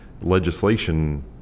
Legislation